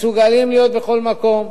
מסוגלים להיות בכל מקום,